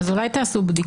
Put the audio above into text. אולי תעשו בדיקה?